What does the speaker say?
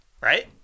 right